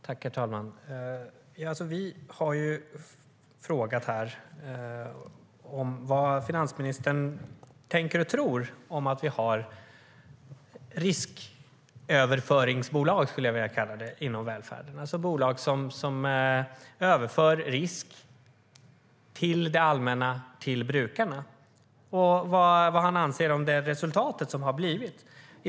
Herr talman! Vi har frågat vad finansministern tänker och tror om att det finns risköverföringsbolag, som jag skulle vilja kalla det, inom välfärden. Det är alltså bolag som överför risk till det allmänna och till brukarna. Vad anser han om det resultat som har blivit?